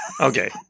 Okay